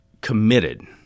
committed